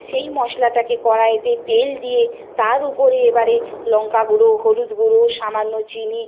সেই মশলাটাকে কড়াইতে তেল দিয়ে তার উপরে এবারে লঙ্কা গুঁড়ো হলুদ গুঁড়ো সামান্য চিনি